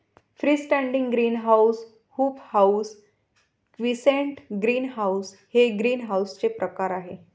free standing greenhouse, hoop house, quonset greenhouse हे ग्रीनहाऊसचे प्रकार आहे